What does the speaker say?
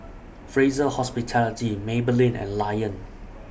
Fraser Hospitality Maybelline and Lion